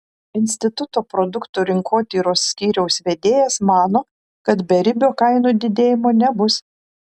instituto produktų rinkotyros skyriaus vedėjas mano kad beribio kainų didėjimo nebus